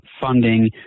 funding